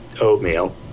oatmeal